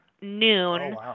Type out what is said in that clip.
noon